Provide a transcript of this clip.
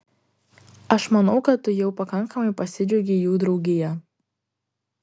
aš manau kad tu jau pakankamai pasidžiaugei jų draugija